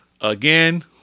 again